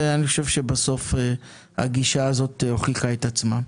ואני חושב שבסוף הגישה הזאת הוכיחה את עצמה.